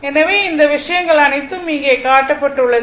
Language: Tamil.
எனவே இந்த விஷயங்கள் அனைத்தும் இங்கே காட்டப்பட்டுள்ளது